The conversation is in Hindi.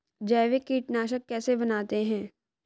जैविक कीटनाशक कैसे बनाते हैं?